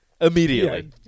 Immediately